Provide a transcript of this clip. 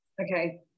Okay